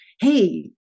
hey